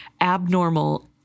abnormal